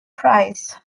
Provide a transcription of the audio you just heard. prize